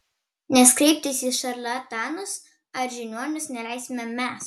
nes kreiptis į šarlatanus ar žiniuonius neleisime mes